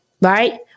Right